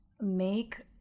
make